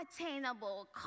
unattainable